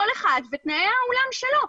כל אחד ותנאי האולם שלו,